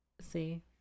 See